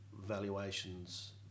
valuations